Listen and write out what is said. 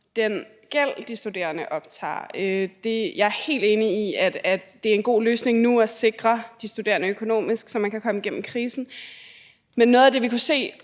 den gæld, de studerende opbygger. Jeg er helt enig i, at det er en god løsning nu at sikre de studerende økonomisk, så de kan komme igennem krisen. Men noget af det, vi allerede